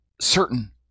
certain